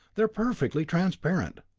they're perfectly transparent.